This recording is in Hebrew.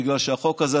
בגלל שהחוק הזה,